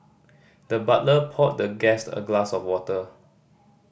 the butler poured the guest a glass of water